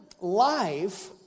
life